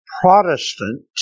Protestant